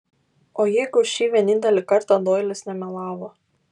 o jeigu šį vienintelį kartą doilis nemelavo